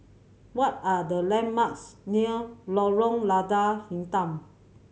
what are the landmarks near Lorong Lada Hitam